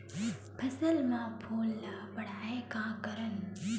फसल म फूल ल बढ़ाय का करन?